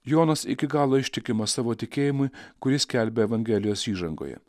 jonas iki galo ištikimas savo tikėjimui kurį skelbia evangelijos įžangoje